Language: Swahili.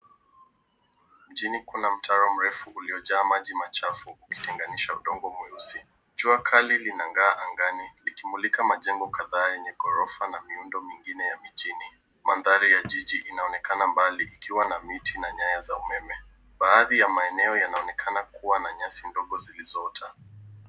Mjini kuna mtaro mrefu uliyojaa maji machafu ukitenganisha udongo mweusi. Jua kali linang'aa angani likimulika majengo kadhaa yenye ghorofa na miundo mingine ya mijini. Mandhari ya jiji inaonekana mbali ikiwa na miti na nyaya za umeme. Baadhi ya maeneo yanaonekana kuwa na nyasi ndogo zilizoota.